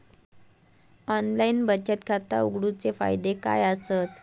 Online बचत खाता उघडूचे फायदे काय आसत?